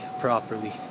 properly